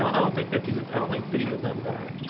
don't i don't think fifty i don't think pity the dumb guy